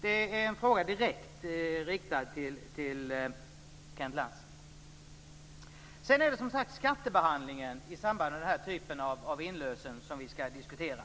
Det är en fråga direkt riktad till Kenneth Lantz. Sedan gäller det som sagt skattebehandlingen i samband med den typ av inlösen som vi ska diskutera.